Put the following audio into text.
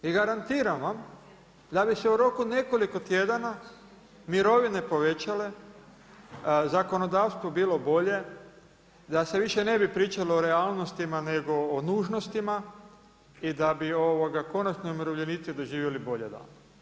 I garantiram vam da bi se u roku od nekoliko tjedana mirovine povećale, zakonodavstvo bilo bolje, da se više ne bi pričalo o realnostima nego o nužnostima i da bi konačno i umirovljenici doživjeli bolje dane.